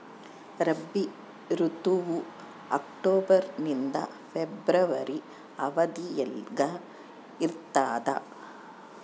ರಾಬಿ ಋತುವು ಅಕ್ಟೋಬರ್ ನಿಂದ ಫೆಬ್ರವರಿ ಅವಧಿಯಾಗ ಇರ್ತದ